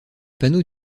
panneaux